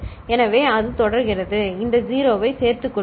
எனவே அது தொடர்கிறதுஇந்த 0வை சேர்த்துக் கொள்ளுங்கள்